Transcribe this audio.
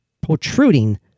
protruding